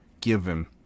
given